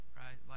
right